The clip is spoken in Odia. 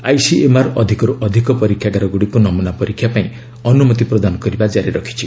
ଆଇସିଏମ୍ଆର୍ ଅଧିକର୍ ଅଧିକ ପରୀକ୍ଷାଗାରଗୁଡ଼ିକୁ ନମୁନା ପରୀକ୍ଷା ପାଇଁ ଅନୁମତି ପ୍ରଦାନ କରିବା ଜାରି ରଖିଛି